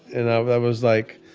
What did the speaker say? and i was like,